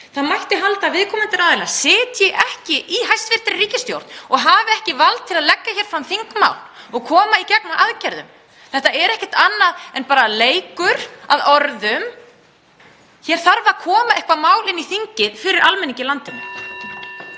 Það mætti halda að viðkomandi aðilar sitji ekki í hæstv. ríkisstjórn og hafi ekki vald til að leggja fram þingmál og koma í gegn aðgerðum. Þetta er ekkert annað en bara leikur að orðum. Hér þarf að koma eitthvert mál inn í þingið fyrir almenning í landinu.